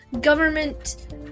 government